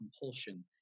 compulsion